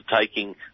taking